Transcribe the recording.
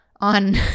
on